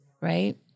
right